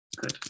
Good